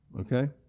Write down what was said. Okay